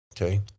Okay